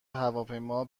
هواپیما